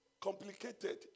complicated